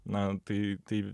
na tai tai